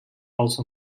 also